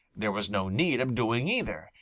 there was no need of doing either,